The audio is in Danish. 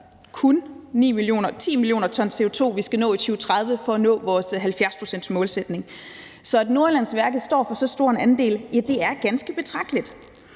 kun 9-10 mio. t CO2, vi skal nå i 2030 for at nå vores 70-procentsmålsætning. Så at Nordjyllandsværket står for så stor en andel, er ganske betragteligt.